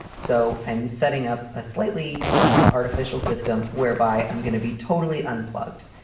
so i'm setting up a slightly, you know, artificial system whereby i'm gonna be totally unplugged.